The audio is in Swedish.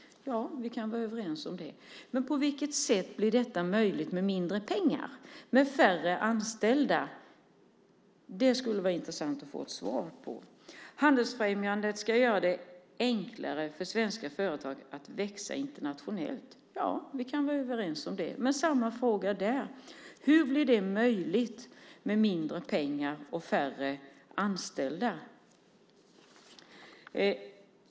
Det kan vi vara överens om. Men på vilket sätt blir detta möjligt med mindre pengar och färre anställda? Det skulle vara intressant att få ett svar på detta. Handelsfrämjandet ska göra det enklare för svenska företag att växa internationellt. Det kan vi vara överens om. Men jag har samma fråga där. Hur blir det möjligt med mindre pengar och färre anställda?